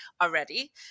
already